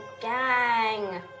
gang